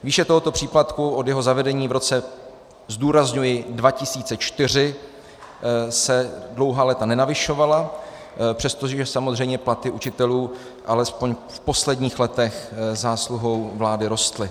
Výše tohoto příplatku od jeho zavedení v roce zdůrazňuji 2004 se dlouhá léta nenavyšovala, přestože samozřejmě platy učitelů alespoň v posledních letech zásluhou vlády rostly.